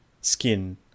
skin